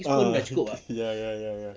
ah ya ya ya